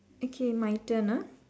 okay my turn ah